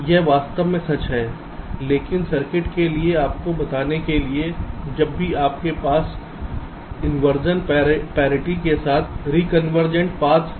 यह वास्तव में सच है केवल सर्किट के लिए आपको बताने के लिए जब भी आपके पास असामान्य इंवर्जन पैरिटी के साथ रीकन्वर्जेंट पाथ है